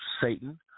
Satan